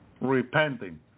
repenting